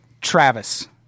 Travis